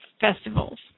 festivals